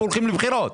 והולכים לבחירות.